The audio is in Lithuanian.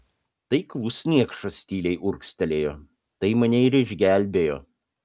taiklus niekšas tyliai urgztelėjo tai mane ir išgelbėjo